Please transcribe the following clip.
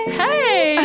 hey